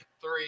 Three